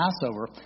Passover